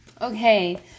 Okay